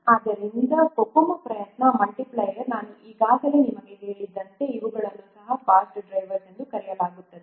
ಆದ್ದರಿಂದ COCOMO ಪ್ರಯತ್ನ multiplier ನಾನು ಈಗಾಗಲೇ ನಿಮಗೆ ಹೇಳಿದಂತೆ ಇವುಗಳನ್ನು ಸಹ ಕಾಸ್ಟ್ ಡ್ರೈವರ್ಸ್ ಎಂದು ಕರೆಯಲಾಗುತ್ತದೆ